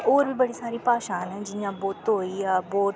ते होर बी बड़ी सारी भाशां न जियां बोतो हाईया बोट होईयां